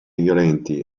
violenti